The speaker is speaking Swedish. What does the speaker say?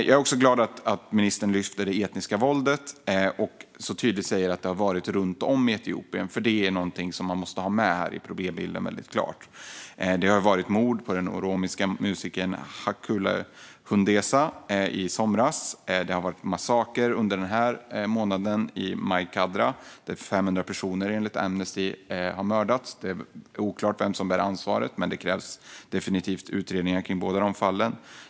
Jag är också glad att ministern lyfter upp det etniska våldet och tydligt säger att det har pågått runt om i Etiopien. Det måste finnas med i problembilden. Den oromiska musikern Hachalu Hundessa mördades i somras. Den här månaden var det en massaker i Mai Kadra, där 500 personer mördades, enligt Amnesty. Det är oklart vem som bär ansvaret. Men det krävs definitivt utredningar i båda fallen.